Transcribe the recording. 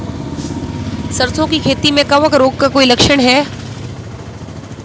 सरसों की खेती में कवक रोग का कोई लक्षण है?